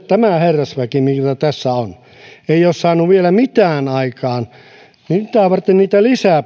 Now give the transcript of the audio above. tämä herrasväki mikä tässä on ei ole saanut vielä mitään aikaan niin mitä varten pitäisi vielä kouluttaa lisää